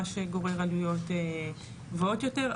מה שגורר עלויות גבוהות יותר,